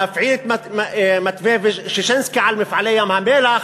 להפעיל את מתווה ששינסקי על "מפעלי ים-המלח".